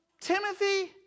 Timothy